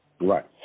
Right